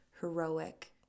heroic